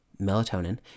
melatonin